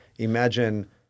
Imagine